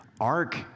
Ark